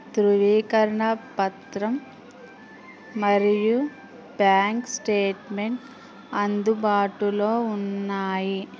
ధ్రువీకరణ పత్రం మరియు బ్యాంక్ స్టేట్మెంట్ అందుబాటులో ఉన్నాయి